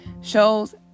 shows